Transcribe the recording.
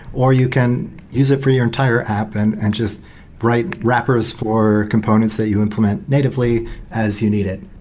or you can use it for your entire app and and just bright wrappers for components that you implement natively as you need it.